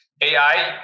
AI